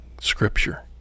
scripture